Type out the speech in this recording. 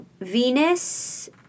Venus